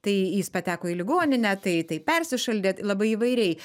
tai jis pateko į ligoninę tai tai persišaldė labai įvairiai